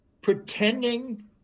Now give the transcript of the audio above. pretending